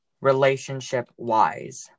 relationship-wise